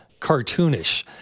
cartoonish